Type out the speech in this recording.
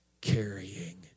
carrying